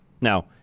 Now